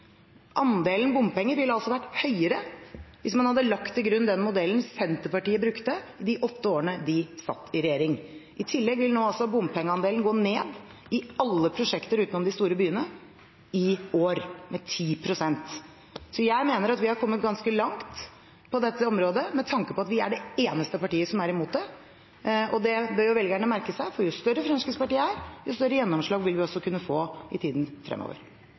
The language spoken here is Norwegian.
Andelen bompenger ville altså vært høyere hvis man hadde lagt til grunn den modellen Senterpartiet brukte i de åtte årene de satt i regjering. I tillegg vil bompengeandelen nå gå ned i alle prosjekter utenom de store byene, i år med 10 pst. Så jeg mener vi har kommet ganske langt på dette området med tanke på at vi er det eneste partiet som er imot det, og det bør velgerne merke seg. Jo større Fremskrittspartiet er, jo større gjennomslag vil vi få i tiden fremover.